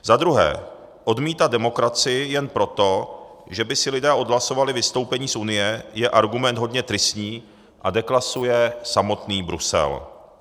Za druhé, odmítat demokracii jen proto, že by si lidé odhlasovali vystoupení z Unie, je argument hodně tristní a deklasuje samotný Brusel.